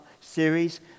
series